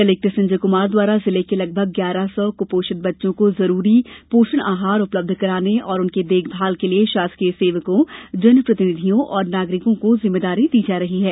collector Sanjay Kumar द्वारा जिले के लगभग ग्यारह सौ कुपोषित बच्चों को जरूरी पोषण आहार उपलब्ध कराने और उनकी देखभाल के लिए शासकीय सेवर्को जनप्रतिनिधियों और नागरिकों को जिम्मेदारी दी जा रही है